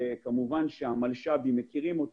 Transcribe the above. שכמובן שהמלש"בים מכירים אותם,